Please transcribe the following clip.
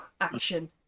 action